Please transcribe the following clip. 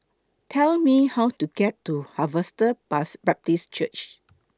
Tell Me How to get to Harvester Bus Baptist Church